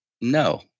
No